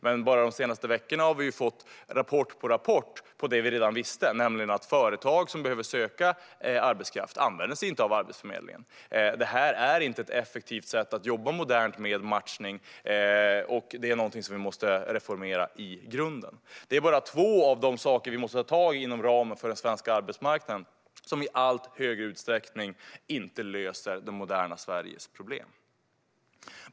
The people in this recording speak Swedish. Bara under de senaste veckorna har vi fått rapport på rapport på det vi redan visste, nämligen att företag som behöver söka arbetskraft använder sig inte av Arbetsförmedlingen. Det är inte ett effektivt sätt att jobba modernt med matchning. Det är någonting som vi måste reformera i grunden. Det är bara två av de saker som vi måste ta tag i inom ramen för den svenska arbetsmarknaden som i allt större utsträckning inte löser det moderna Sveriges problem.